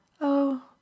Oh